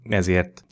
ezért